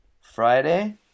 Friday